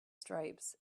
stripes